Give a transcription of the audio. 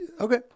Okay